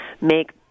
make